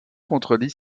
contredit